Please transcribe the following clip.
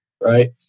right